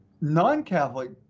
non-Catholic